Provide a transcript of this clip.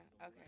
okay